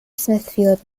smithfield